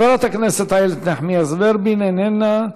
חברת הכנסת אילת נחמיאס-ורבין, איננה,